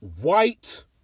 White